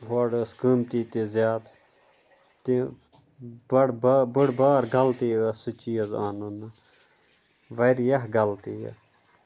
ہورٕ ٲس قۭمتی تہِ زیادٕ تہِ بٔڑ با بٔڑ بار غلطی ٲس سُہ چیٖز اَنُن وارِیاہ غلطی یہِ